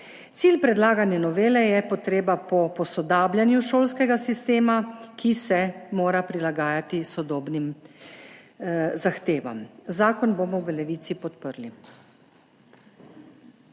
Cilj predlagane novele je potreba po posodabljanju šolskega sistema, ki se mora prilagajati sodobnim zahtevam. Zakon bomo v Levici podprli.